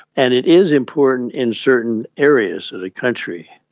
and it is important in certain areas of the country,